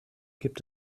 gibt